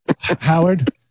Howard